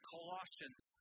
Colossians